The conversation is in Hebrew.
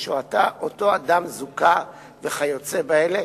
או שאותו אדם זוכה וכיוצא באלה,